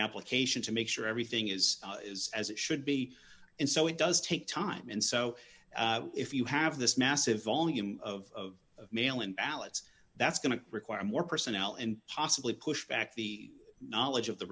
application to make sure everything is as it should be and so it does take time and so if you have this massive volume of mail in ballots that's going to require more personnel and possibly push back the knowledge of the